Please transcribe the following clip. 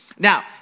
Now